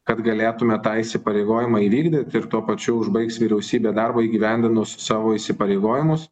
kad galėtume tą įsipareigojimą įvykdyt ir tuo pačiu užbaigs vyriausybė darbą įgyvendinus savo įsipareigojimus